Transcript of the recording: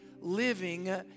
living